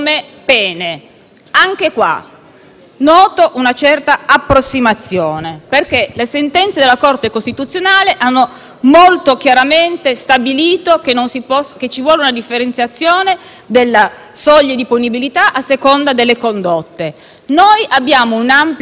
noto una certa approssimazione. Le sentenze della Corte costituzionale, infatti, hanno molto chiaramente stabilito che ci vuole una differenziazione delle soglie di punibilità a seconda delle condotte. Noi abbiamo un'ampia platea di comportamenti,